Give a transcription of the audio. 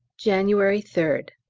january third.